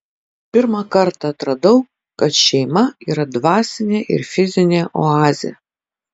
pirmą kartą atradau kad šeima yra dvasinė ir fizinė oazė